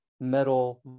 metal